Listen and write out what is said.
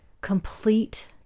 complete